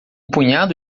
punhado